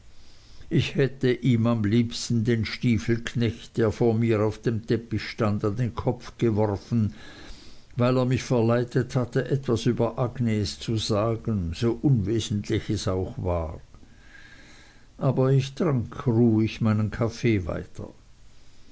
ich hätte ihm am liebsten den stiefelknecht der vor mir auf dem teppich stand an den kopf geworfen weil er mich verleitet hatte etwas über agnes zu sagen so unwesentlich es auch war aber ich trank ruhig meinen kaffee weiter